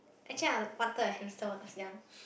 actually I wanted a hamster when I was young